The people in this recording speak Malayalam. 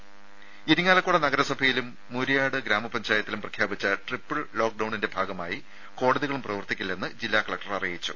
രുമ ഇരിങ്ങാലക്കുട നഗരസഭയിലും മൂരിയാട് ഗ്രാമപഞ്ചായത്തിലും പ്രഖ്യാപിച്ച ട്രിപ്പിൾ ലോക്ക് ഡൌണിന്റെ ഭാഗമായി കോടതികളും പ്രവർത്തിക്കില്ലെന്ന് ജില്ലാ കളക്ടർ അറിയിച്ചു